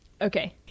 Okay